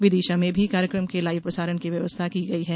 विदिशा में भी कार्यक्रम के लाईव प्रसारण की व्यवस्था की गई है